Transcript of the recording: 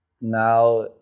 now